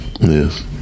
Yes